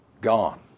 gone